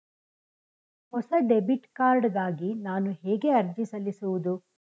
ಹೊಸ debit card ಗಾಗಿ ನಾನು ಹೇಗೆ ಅರ್ಜಿ ಸಲ್ಲಿಸುವುದು?